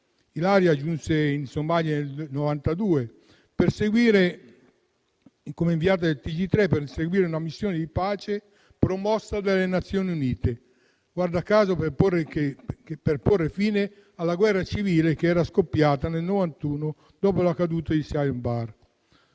Ilaria giunse in Somalia nel 1992 per seguire, come inviata del TG3, una missione di pace promossa dalle Nazioni Unite, guarda caso per porre fine alla guerra civile che era scoppiata nel 1991 dopo la caduta di Siad Barre.